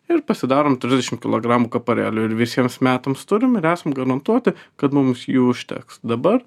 ir pasidarom trisdešimt kilogramų kaparėlių ir visiems metams turim ir esam garantuoti kad mums jų užteks dabar